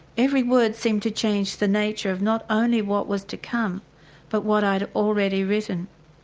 every word seemed to change the nature of not only what was to come but what i'd already written.